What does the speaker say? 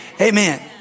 Amen